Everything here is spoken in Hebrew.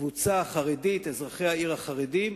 הקבוצה החרדית, אזרחי העיר החרדים,